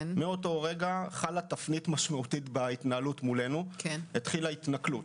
מאותו רגע חלה תפנית משמעותית בהתנהלות מולנו התחילה התנכלות.